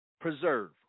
preserve